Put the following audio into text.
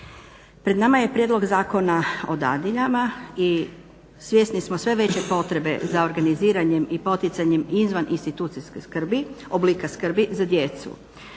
Pred nama je Prijedlog zakona o dadiljama i svjesni smo sve veće potrebe za organiziranjem i poticanjem izvan institucijske skrbi, oblika skrbi za djecu,